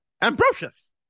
Ambrosius